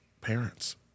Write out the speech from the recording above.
parents